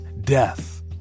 death